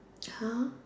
ya